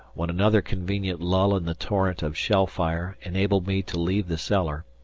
when another convenient lull in the torrent of shell fire enabled me to leave the cellar,